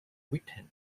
written